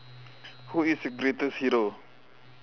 who is your greatest hero